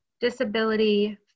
disability